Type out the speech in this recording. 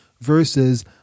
versus